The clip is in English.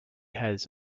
has